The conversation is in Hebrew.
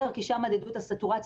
כי שם מדדו את הסטורציה,